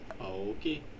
Okay